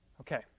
Okay